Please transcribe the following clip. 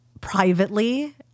privately